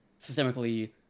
systemically